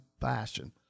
fashion